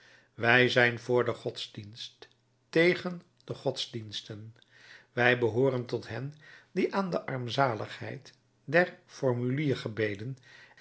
wij zijn vr den godsdienst tegen de godsdiensten wij behooren tot hen die aan de armzaligheid der formuliergebeden